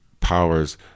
powers